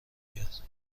کرد